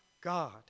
God